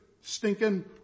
stinking